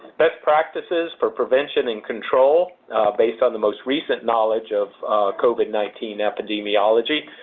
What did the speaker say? best practices for prevention and control based on the most recent knowledge of covid nineteen epidemiology.